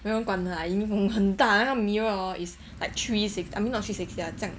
没有人管的啦 mm 那个 mirror 很大 it's like three six I mean not three sixty lah 这样